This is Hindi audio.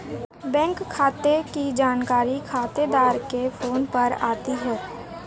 बैंक खाते की जानकारी खातेदार के फोन पर आती है